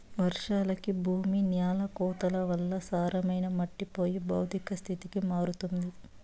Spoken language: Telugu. వర్షాలకి భూమి న్యాల కోతల వల్ల సారమైన మట్టి పోయి భౌతిక స్థితికి మారుతుంది